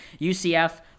UCF